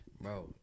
Bro